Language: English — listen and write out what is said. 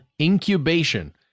incubation